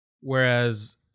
whereas